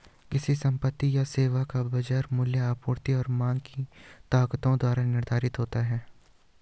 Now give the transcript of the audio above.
किसी संपत्ति या सेवा का बाजार मूल्य आपूर्ति और मांग की ताकतों द्वारा निर्धारित होता है